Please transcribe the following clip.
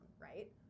right